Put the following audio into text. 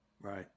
Right